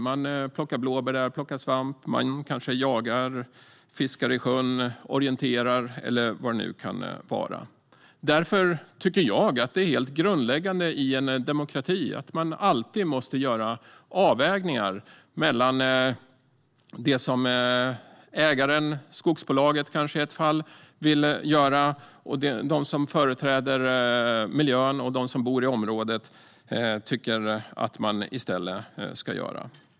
De plockar blåbär eller svamp där. De kanske jagar, fiskar i sjön eller orienterar. Därför tycker jag att det är grundläggande i en demokrati att man gör avvägningar mellan det som ägaren, skogsbolaget, vill göra och vad de som företräder miljön och de som bor i området tycker att man ska göra i stället.